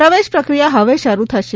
પ્રવેશ પ્રક્રિયા હવે શરૂ થશે